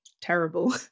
terrible